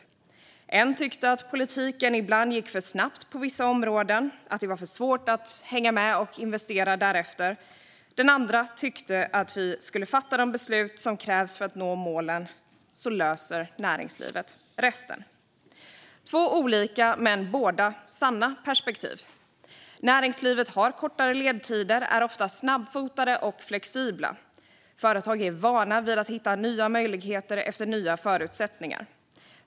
Den ena tyckte att politiken ibland går för snabbt på vissa områden och att det är för svårt att hänga med och investera därefter. Den andra tyckte att vi ska fatta de beslut som krävs för att nå målen, så löser näringslivet resten. Två olika men båda sanna perspektiv. Näringslivet har kortare ledtider och är ofta snabbfotat och flexibelt. Företag är vana vid att hitta nya möjligheter efter nya förutsättningar.